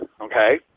Okay